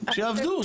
שיעבדו,